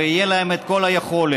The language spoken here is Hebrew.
ויהיה להן את כל היכולת.